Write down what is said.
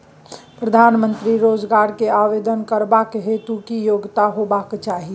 प्रधानमंत्री रोजगार के आवेदन करबैक हेतु की योग्यता होबाक चाही?